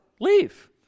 Leave